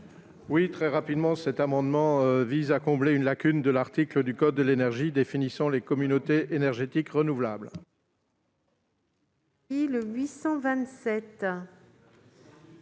n° 358 rectifié . Cet amendement vise à combler une lacune de l'article du code de l'énergie définissant les communautés d'énergie renouvelable.